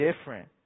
different